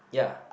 ya